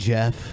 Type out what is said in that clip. Jeff